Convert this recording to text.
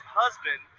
husband